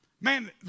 Man